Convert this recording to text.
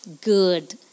good